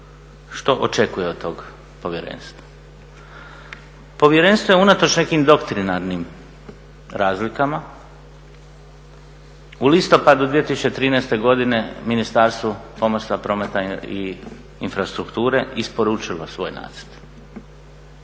što očekuje od tog Povjerenstva. Povjerenstvo je unatoč nekim doktrinarnim razlikama u listopadu 2013. godine Ministarstvu pomorstva, prometa i infrastrukture isporučilo svoj nacrt.